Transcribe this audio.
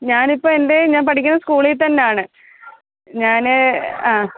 ഞാനിപ്പോൾ എൻറെ ഞാൻ പഠിക്കുന്ന സ്കൂളിൽ തന്നെ ആണ് ഞാൻ ആ